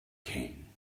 king